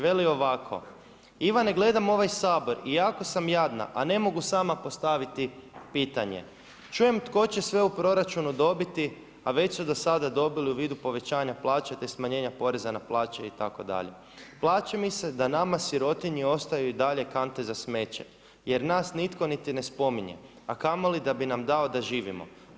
Veli ovako „Ivane gledam ovaj Sabor i jako sam jadna, a ne mogu sama postaviti pitanje, čujem tko će sve u proračunu dobiti, a već su do sada dobili u vidu povećanja plaće te smanjenja poreza na plaće itd. plaća mi se da nama sirotinji ostaju i dalje kante za smeće jer nas nitko niti ne spominje, a kamoli da bi nam dao da živimo.